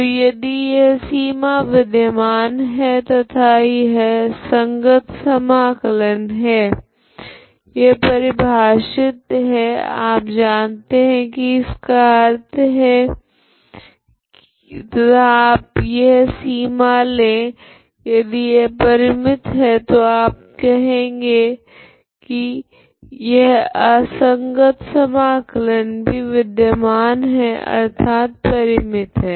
तो यदि यह सीमा विधमान है तथा यह संगत समकलन है यह परिभाषित है आप जानते है की इसका अर्थ क्या है तथा आप यह सीमा ले यदि यह परिमित है तो आप कहेगे की यह असंगत समाकलन भी विधमान है अर्थात परिमित है